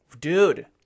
dude